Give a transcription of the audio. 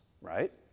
right